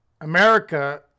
America